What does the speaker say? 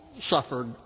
suffered